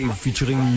featuring